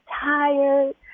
tired